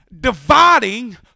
Dividing